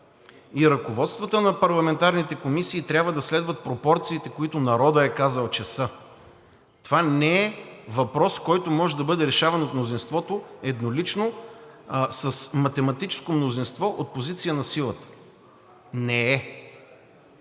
и ръководствата на парламентарните комисии трябва да следват пропорциите, които народът е казал, че са. Това не е въпрос, който може да бъде решаван от мнозинството еднолично с математическо мнозинство от позиция на силата. Не е!